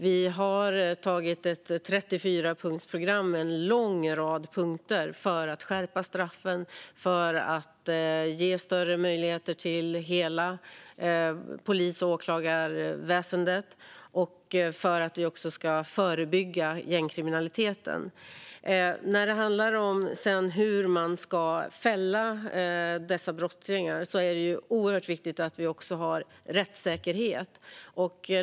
Vi har antagit ett 34-punktsprogram med en lång rad punkter för att skärpa straffen, för att ge större möjligheter till polis och åklagarväsendet och för att förebygga gängkriminalitet. När det sedan handlar om hur dessa brottslingar ska fällas är det oerhört viktigt med rättssäkerhet.